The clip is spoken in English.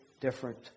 Different